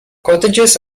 cottages